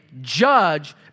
judge